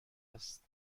است